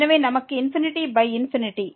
எனவே நமக்கு ∞∞